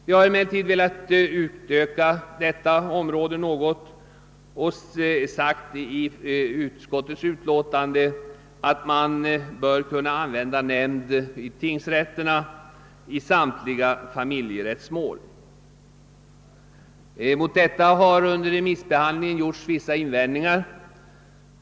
Vi har velat utöka området för nämndens verksamhet något och i utlåtandet uttalat, att nämnd bör användas vid tingsrätterna i samtliga familjerättsmål. Mot detta har under remissbehandlingen gjorts vissa invändningar.